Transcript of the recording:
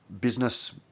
business